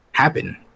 happen